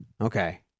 Okay